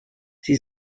sie